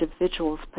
individuals